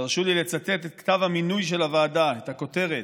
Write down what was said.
תרשו לי לצטט את כתב המינוי של הוועדה, את הכותרת,